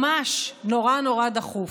ממש נורא נורא דחוף.